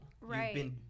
Right